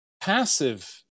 passive